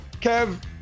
Kev